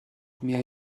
میای